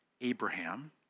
Abraham